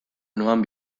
noan